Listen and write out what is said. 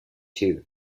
too